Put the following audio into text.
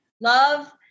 Love